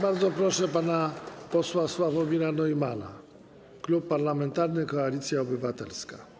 Bardzo proszę pana posła Sławomira Neumanna, Klub Parlamentarny Koalicja Obywatelska.